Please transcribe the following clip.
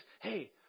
hey